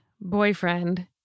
boyfriend